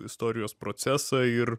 istorijos procesą ir